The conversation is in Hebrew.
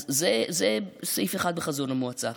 אז זה סעיף אחד בחזון המועצה.